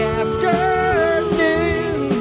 afternoon